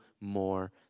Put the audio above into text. more